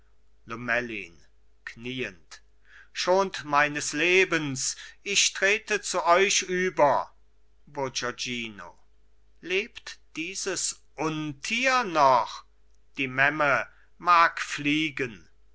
lomellin kniend schont meines lebens ich trete zu euch über bourgognino lebt dieses untier noch die memme mag fliehen